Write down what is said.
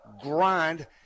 grind